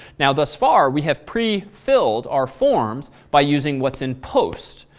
now thus far, we have pre-filled our forms by using what's in post.